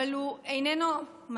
אבל הוא איננו מספיק.